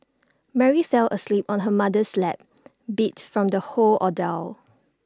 Mary fell asleep on her mother's lap beat from the whole ordeal